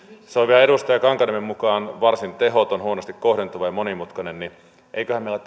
on vielä edustaja kankaanniemen mukaan varsin tehoton huonosti kohdentuva ja monimutkainen niin eiköhän meillä